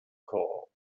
called